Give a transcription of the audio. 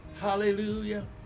Hallelujah